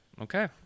okay